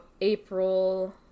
April